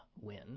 win